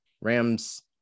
rams